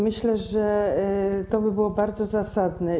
Myślę, że to by było bardzo zasadne.